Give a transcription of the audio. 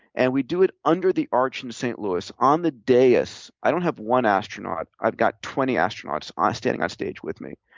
and we do it under the arch of and st. louis. on the dais, i don't have one astronaut, i've got twenty astronauts ah standing on stage with me.